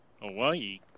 Hawaii